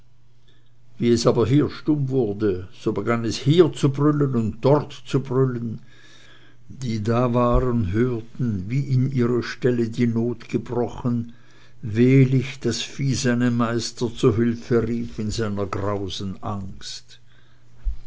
wie es aber hier stumm wurde so begann es hier zu brüllen und dort zu brüllen die da waren hörten wie in ihre ställe die not gebrochen wehlich das vieh seine meister zu hülfe rief in seiner grausen angst